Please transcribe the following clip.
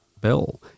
bill